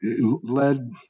led